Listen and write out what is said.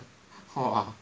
!wah!